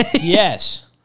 Yes